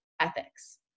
Ethics